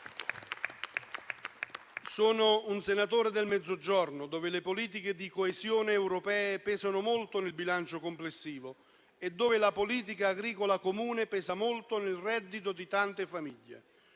sono un senatore del Mezzogiorno, dove le politiche di coesione europee pesano molto nel bilancio complessivo e dove la politica agricola comune pesa molto sul reddito di tante famiglie.